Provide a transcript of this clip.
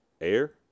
Air